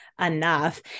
enough